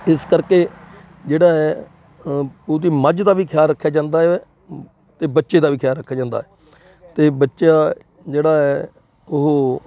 ਇਸ ਕਰਕੇ ਜਿਹੜਾ ਹੈ ਉਹਦੀ ਮੱਝ ਦਾ ਵੀ ਖਿਆਲ ਰੱਖਿਆ ਜਾਂਦਾ ਅਤੇ ਬੱਚੇ ਦਾ ਵੀ ਖਿਆਲ ਰੱਖਿਆ ਜਾਂਦਾ ਅਤੇ ਬੱਚਿਆਂ ਜਿਹੜਾ ਹੈ ਉਹ